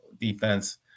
defense